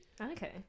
okay